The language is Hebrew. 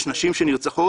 יש נשים שנרצחות